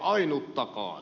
ei ainuttakaan